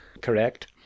correct